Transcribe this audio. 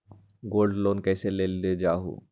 Gold loan कईसे लेल जाहु?